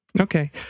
Okay